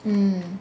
mm